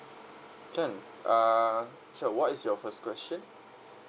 can err sir what is your first question